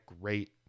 great